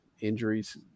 injuries